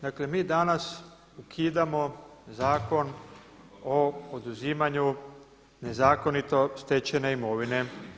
Dakle, mi danas ukidamo Zakon o oduzimanju nezakonito stečene imovine.